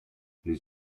les